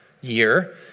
year